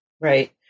Right